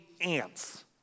ants